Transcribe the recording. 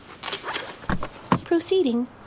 Proceeding